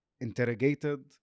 interrogated